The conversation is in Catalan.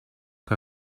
que